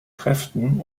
kräften